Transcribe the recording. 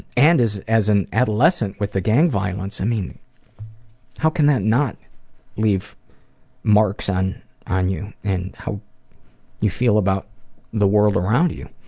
and as as an adolescent with the gang violence, and how can that not leave marks on on you, and how you feel about the world around you?